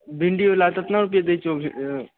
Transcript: भिंडी बला कितना रुपैआ दै छियौ